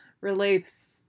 relates